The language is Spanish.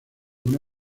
una